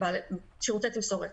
שירותי תמסורת.